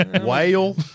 Whale